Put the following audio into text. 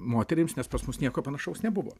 moterims nes pas mus nieko panašaus nebuvo